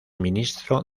ministro